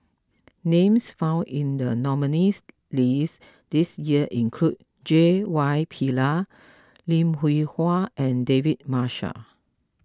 names found in the nominees' list this year include J Y Pillay Lim Hwee Hua and David Marshall